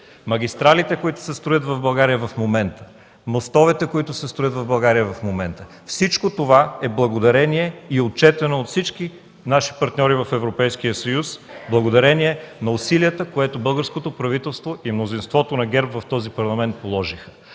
Магистралите, които се строят в България в момента, мостовете, които се строят в България в момента – всичко това е благодарение, и е отчетено от всички наши партньори в Европейския съюз, на усилията, които българското правителство и мнозинството ГЕРБ в този Парламент положиха